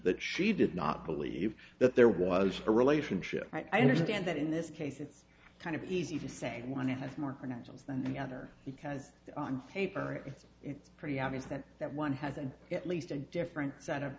that she did not believe that there was a relationship i understand that in this case it's kind of easy to say one has more credentials than the other because on faber it's pretty obvious that that one has an at least a different set of